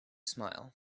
smile